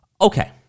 Okay